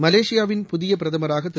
மலேசியாவின் புதிய பிரதமராக திரு